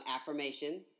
affirmation